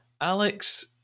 Alex